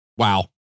Wow